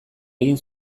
egin